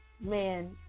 man